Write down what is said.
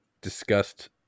discussed